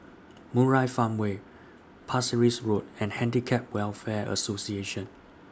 Murai Farmway Pasir Ris Road and Handicap Welfare Association